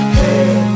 hey